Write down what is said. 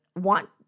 want